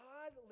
God